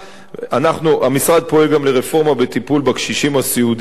המשרד פועל גם לרפורמה בטיפול בקשישים סיעודיים ועוד.